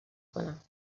کنم